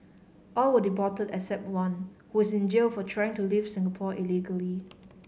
all were deported except one who is in jail for trying to leave Singapore illegally